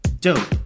dope